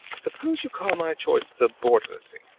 suppose you call my choice subordinacy.